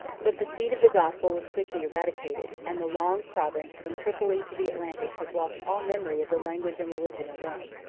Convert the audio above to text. but the seed of the gospel was quickly eradicated, and the long province from tripoli to the atlantic has lost all memory of the language and religion of rome.